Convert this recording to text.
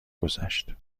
گذشت